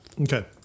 okay